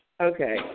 Okay